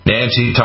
Nancy